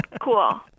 Cool